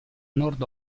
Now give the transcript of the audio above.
nord